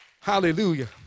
Hallelujah